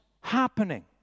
happening